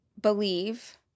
believe